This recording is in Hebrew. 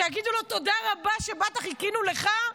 שיגידו לו: תודה רבה שבאת, חיכינו לך?